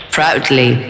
Proudly